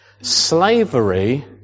Slavery